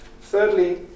Thirdly